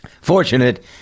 fortunate